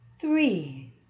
Three